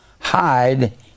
hide